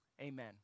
Amen